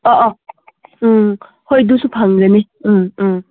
ꯑꯥ ꯑꯥ ꯎꯝ ꯍꯣꯏ ꯑꯗꯨꯁꯨ ꯐꯪꯒꯅꯤ ꯎꯝ ꯎꯝ